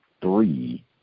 three